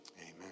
Amen